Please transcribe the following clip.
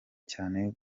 cyane